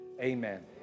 amen